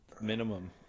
minimum